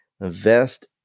invest